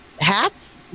hats